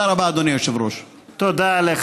תודה רבה, אדוני היושב-ראש.